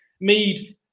Mead